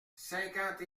cinquante